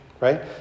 right